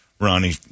Ronnie